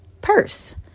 purse